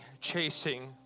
chasing